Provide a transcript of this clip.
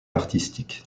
artistique